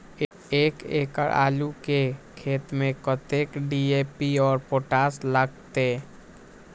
एक एकड़ आलू के खेत में कतेक डी.ए.पी और पोटाश लागते?